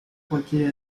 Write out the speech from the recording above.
cualquier